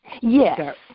yes